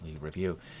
Review